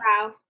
wow